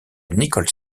nicole